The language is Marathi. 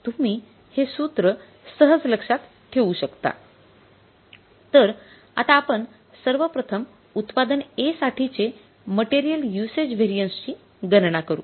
तुम्ही हे सूत्र सहज लक्ष्यात ठेवू शकतातर आता आपण सर्वप्रथम उत्पादन A साठी चे मटेरियल युसेज व्हेरिएन्स ची गणना करू